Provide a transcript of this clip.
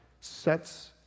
sets